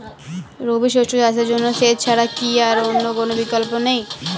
রবি শস্য চাষের জন্য সেচ ছাড়া কি আর কোন বিকল্প নেই?